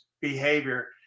behavior